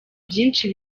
byinshi